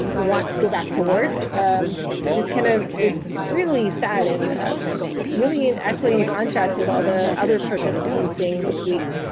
um want to go back to work just kind of is really sad and really is actually in contrast with all the other protests we've been seeing this week,